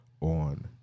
on